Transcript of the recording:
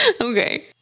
okay